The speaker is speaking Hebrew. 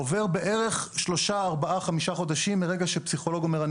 עוברים בערך שלושה עד חמישה חודשים מרגע שפסיכולוג אומר שהוא